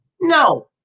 No